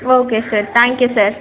okay sir thank you sir